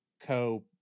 Co